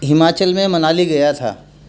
ہماچل میں منالی گیا تھا